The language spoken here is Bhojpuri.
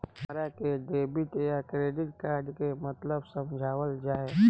हमरा के डेबिट या क्रेडिट कार्ड के मतलब समझावल जाय?